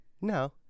No